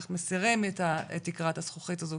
איך מסירים את תקרת הזכוכית הזו,